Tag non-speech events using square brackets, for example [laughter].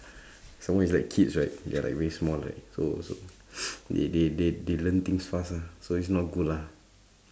[breath] some more it's like kids right they are like very small right so so [breath] they they they they learn things fast ah so it's not good lah